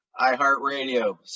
iHeartRadio